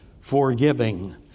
forgiving